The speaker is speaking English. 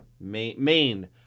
Maine